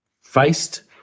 faced